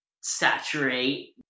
saturate